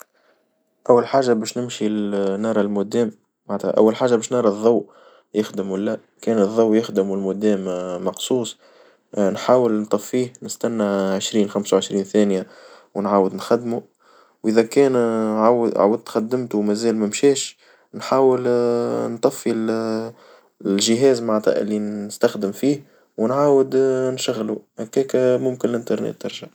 أول حاجة باش نمشي نرى المودام معناتها أول حاجة باش نرى الظوء يخدم والا لا كان الظوء يخدم والمودام مقصوص نحاول نطفيه نستنى عشرين خمسة وعشرين ثانية، ونعاود نخدمو، وإذا كان عاودت خدمتو مازال ما مشاش نحاول نطفي الجهاز معنتها اللي نستخدم فيه، ونعاود نشغلو هكاك ممكن الإنترنت ترجع.